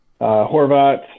Horvat